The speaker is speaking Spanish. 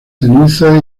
ceniza